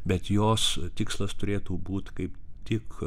bet jos tikslas turėtų būt kaip tik